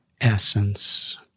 essence